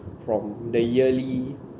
from the yearly